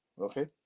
Okay